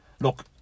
look